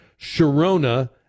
Sharona